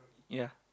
ya